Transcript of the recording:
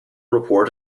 report